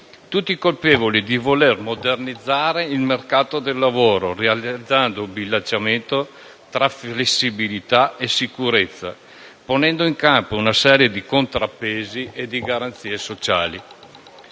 tutti colpevoli di voler modernizzare il mercato del lavoro, realizzando un bilanciamento tra flessibilità e sicurezza e ponendo in campo una serie di contrappesi e garanzie sociali.